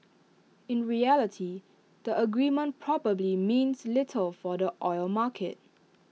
in reality the agreement probably means little for the oil market